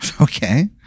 Okay